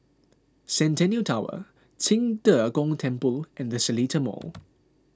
Centennial Tower Qing De Gong Temple and the Seletar Mall